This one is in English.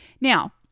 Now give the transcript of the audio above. Now